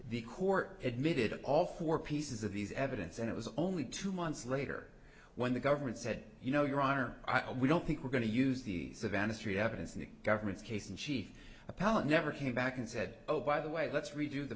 the court admitted all four pieces of these evidence and it was only two months later when the government said you know your honor i we don't think we're going to use the savannah street evidence in the government's case and she appellant never came back and said oh by the way let's redo the